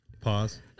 pause